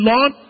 Lord